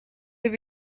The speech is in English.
have